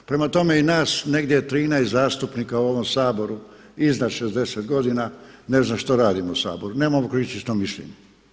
Prema tome i nas negdje 13 zastupnika u ovom Saboru iznad 60 godina ne znam što radimo u Saboru, nemamo kritično mišljenje.